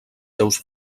seus